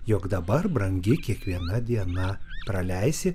jog dabar brangi kiekviena diena praleisi